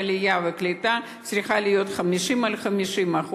העלייה והקליטה צריכה להיות 50% 50%,